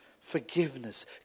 forgiveness